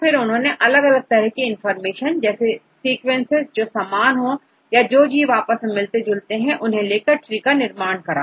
तो फिर उन्होंने अलग अलग तरह की इंफॉर्मेशन जैसे सीक्वेंसेस जो समान है और जीव जो आपस में मिलते जुलते हैं को लेकर ट्री का निर्माण किया